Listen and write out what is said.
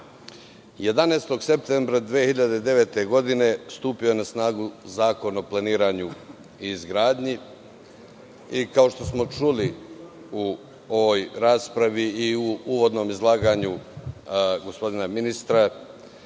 11. septembra 2009. godine je stupio na snagu Zakon o planiranju i izgradnji. Kao što smo čuli u ovoj raspravi i u uvodnom izlaganju gospodina ministra,